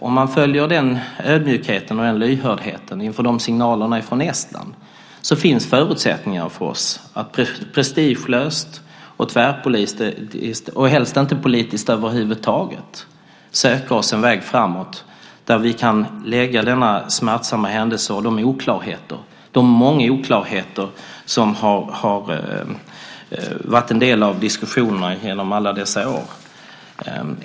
Om man har denna ödmjukhet och lyhördhet i fråga om signalerna från Estland så finns det förutsättningar för oss att prestigelöst och tvärpolitiskt och helst inte politiskt över huvud taget söka oss en väg framåt där vi kan lägga denna smärtsamma händelse och de många oklarheter som har varit en del av diskussionerna under alla dessa år.